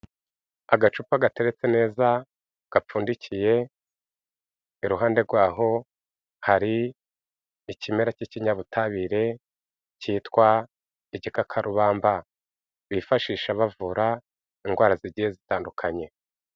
Agacupa gatereretse neza gapfundikiye, iruhande rwaho hari ikimera cy'ikinyabutabire cyitwa igikakarubamba. Bifashisha bavura indwara zigiye zitandukanye.